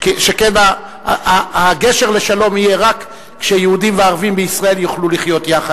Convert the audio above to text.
שכן הגשר לשלום יהיה רק כשיהודים וערבים בישראל יוכלו לחיות יחד.